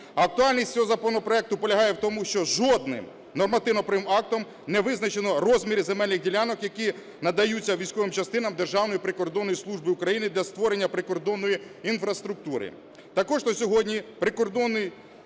Актуальність цього законопроекту полягає в тому, що жодним нормативно-правовим актом не визначено розміри земельних ділянок, які надаються військовим частинам Державної прикордонної служби України для створення прикордонної інфраструктури.